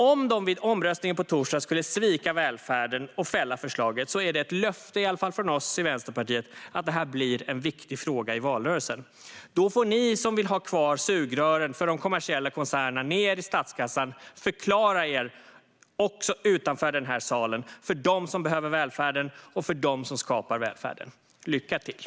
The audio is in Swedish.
Om de vid omröstningen på torsdag skulle svika välfärden och fälla förslaget är det ett löfte i alla fall från oss i Vänsterpartiet att det här blir en viktig fråga i valrörelsen. Då får ni som vill ha kvar sugrören ned i statskassan för de kommersiella koncernerna förklara er, även utanför den här salen, för dem som behöver välfärden och för dem som skapar välfärden. Lycka till!